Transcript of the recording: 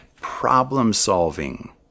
problem-solving